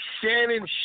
Shannon